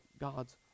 God's